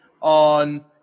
on